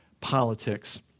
politics